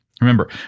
Remember